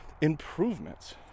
improvements